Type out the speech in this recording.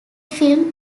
film